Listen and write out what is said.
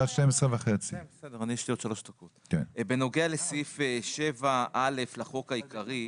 עד 12:30. בנוגע לסעיף 7א לחוק העיקרי.